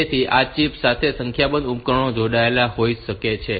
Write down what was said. તેથી આ ચિપ સાથે સંખ્યાબંધ ઉપકરણો જોડાયેલા હોઈ શકે છે